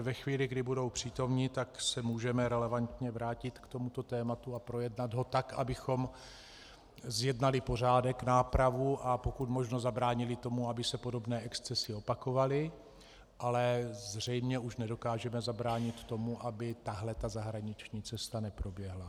Ve chvíli, kdy budou přítomni, můžeme se relevantně vrátit k tomuto tématu a projednat ho tak, abychom zjednali pořádek, nápravu a pokud možno zabránili k tomu, aby se podobné excesy opakovaly, ale zřejmě už nedokážeme zabránit tomu, aby tato zahraniční cesta neproběhla.